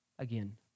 again